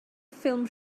ffilm